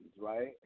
right